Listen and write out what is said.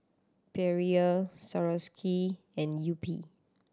Perrier Swarovski and Yupi